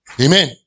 Amen